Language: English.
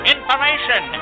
Information